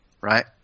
Right